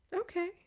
okay